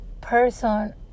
person